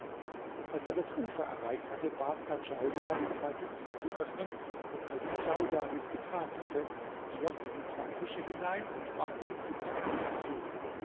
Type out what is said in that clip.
als er das ufer erreicht hatte bat er djaudar die zwei büchsen zu öffnen und als djaudar dies getan hatte schloß er die zwei fische hinein und machte die büchsen wieder zu